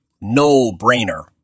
no-brainer